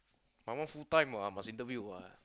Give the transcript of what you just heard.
but most full time what must interview what